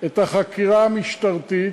את החקירה המשטרתית,